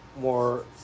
more